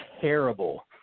terrible